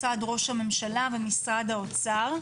משרד ראש הממשלה ומשרד האוצר,